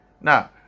Now